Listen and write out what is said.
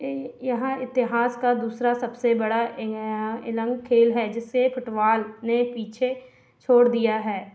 ए यह इतिहास का दूसरा सबसे बड़ा ए एलन खेल है जिसे फ़ुटवाल ने पीछे छोड़ दिया है